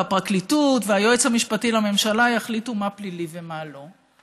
והפרקליטות והיועץ המשפטי לממשלה יחליטו מה פלילי ומה לא.